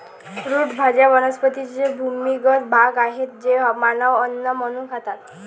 route भाज्या वनस्पतींचे भूमिगत भाग आहेत जे मानव अन्न म्हणून खातात